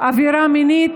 עבירה מינית.